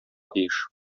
тиеш